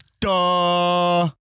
duh